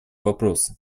вопросы